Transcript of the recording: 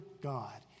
God